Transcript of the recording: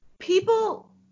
people